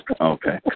Okay